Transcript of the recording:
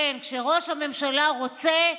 כן, כשראש הממשלה רוצה,